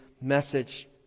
message